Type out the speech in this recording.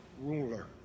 ruler